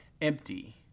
empty